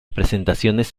presentaciones